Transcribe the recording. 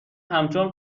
همچون